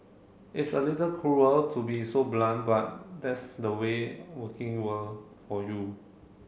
it's a little cruel to be so blunt but that's the way working world for you